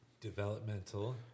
Developmental